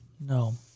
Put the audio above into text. no